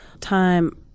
time